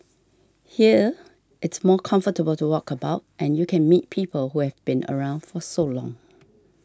here it's more comfortable to walk about and you can meet people who have been around for so long